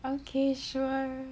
okay sure